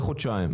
לחודשיים?